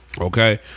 Okay